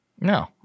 No